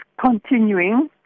continuing